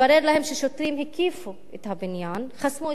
ששוטרים הקיפו את הבניין וחסמו את הכניסות.